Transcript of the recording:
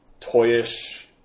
toyish